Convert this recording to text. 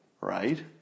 right